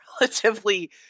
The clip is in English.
relatively